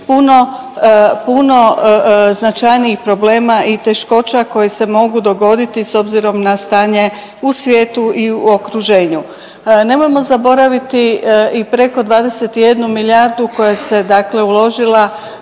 puno značajnijih problema i teškoća koje se mogu dogoditi s obzirom na stanje u svijetu i u okruženju. Nemojmo zaboraviti i preko 21 milijardu koja se, dakle